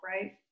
right